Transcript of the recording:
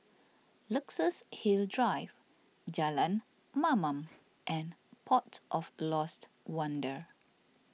Luxus Hill Drive Jalan Mamam and Port of Lost Wonder